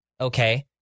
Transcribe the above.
okay